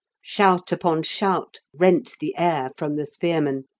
shout upon shout rent the air from the spearmen.